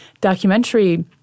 documentary